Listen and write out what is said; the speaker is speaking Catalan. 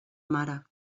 mare